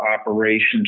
operations